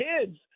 kids